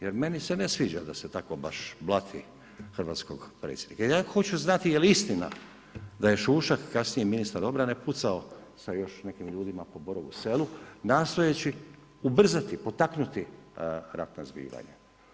Jer meni se ne sviđa da se tako baš blati hrvatskog predsjednika jer ja hoću znati je li istina da je Šušak, kasnije ministar obrane pucao sa još nekim ljudima po Borovu Selu nastojeći ubrzati, potaknuti ratna zbivanja.